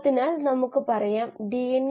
ഇത് മനസിലാക്കാൻ നമുക്ക് ഒരു ഉദാഹരണം എടുക്കാം